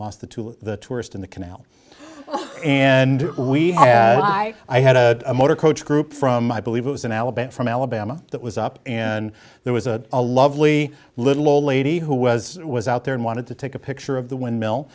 lost the to the tourist in the canal and why i had a motor coach group from i believe it was in alabama from alabama that was up and there was a a lovely little old lady who was was out there and wanted to take a picture of the windmill